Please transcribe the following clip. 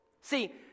See